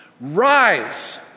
Rise